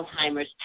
Alzheimer's